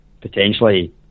Potentially